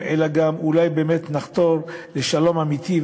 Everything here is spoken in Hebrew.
אלא גם אולי באמת נחתור לשלום אמיתי,